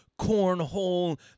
cornhole